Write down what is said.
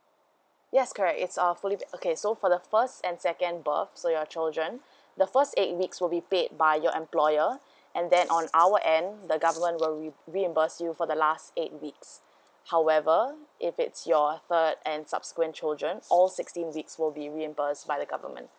yes correct it's our fully okay so for the first and second birth so your children the first eight week will be paid by your employer and then on our end the government will re~ reimburse you for the last eight weeks however if it's your third and subsequent children all sixteen weeks will be reimburse by the government